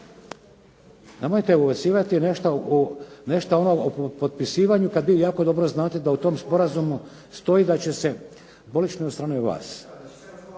Nemojte ubacivati nešta ono o potpisivanju kad vi jako dobro znate da u tom sporazumu stoji da će se polučeno od strane vas...